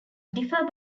differ